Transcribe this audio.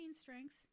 strength